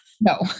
no